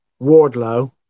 wardlow